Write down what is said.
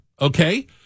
okay